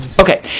Okay